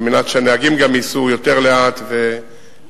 על מנת שהנהגים גם ייסעו יותר לאט ובזהירות.